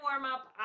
warm-up